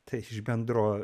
tai iš bendro